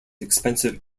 expensive